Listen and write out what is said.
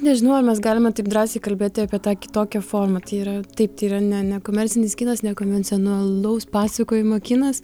nežinau ar mes galime taip drąsiai kalbėti apie tą kitokią formą tai yra taip tai yra ne nekomercinis kinas nekonvencionalaus pasakojimo kinas